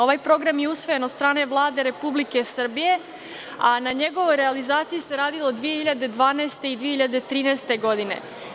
Ovaj program je usvojen od strane Vlade Republike Srbije, a na njegovoj realizaciji se radilo 2012. i 2013. godine.